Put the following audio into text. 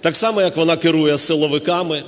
так само, як вона керує силовиками,